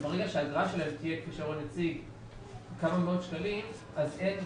ברגע שהאגרה שלהם תהיה כמה מאות שקלים, אין...